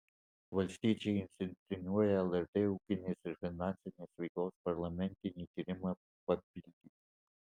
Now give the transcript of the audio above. valstiečiai inicijuoja lrt ūkinės ir finansinės veiklos parlamentinį tyrimą papildyta